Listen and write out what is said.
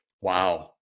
Wow